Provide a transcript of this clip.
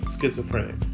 schizophrenic